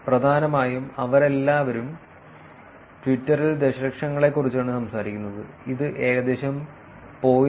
പ്രധാനമായും അവരെല്ലാവരും ട്വിറ്ററിൽ ദശലക്ഷങ്ങളെക്കുറിച്ചാണ് സംസാരിക്കുന്നത് ഇത് ഏകദേശം 0